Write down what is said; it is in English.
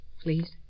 please